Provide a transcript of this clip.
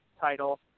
title